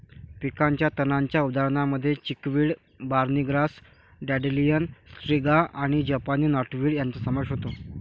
पिकाच्या तणांच्या उदाहरणांमध्ये chickweed, barney grass, dandelion, striga आणि जपानी नॉटवीड यांचा समावेश होतो